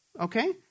Okay